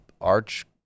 arch